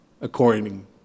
according